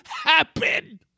happen